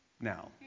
Now